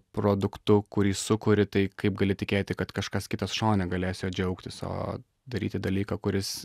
produktu kurį sukuri tai kaip gali tikėti kad kažkas kitas šone galės juo džiaugtis o daryti dalyką kuris